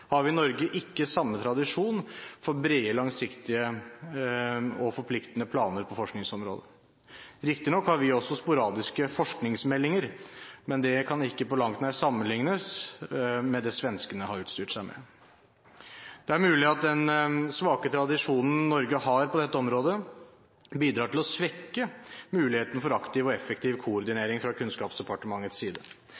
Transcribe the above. forpliktende planer på forskningsområdet. Riktignok har vi også sporadiske forskningsmeldinger, men det kan ikke på langt nær sammenliknes med det svenskene har utstyrt seg med. Det er mulig at den svake tradisjonen Norge har på dette området, bidrar til å svekke muligheten for aktiv og effektiv